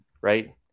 right